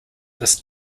this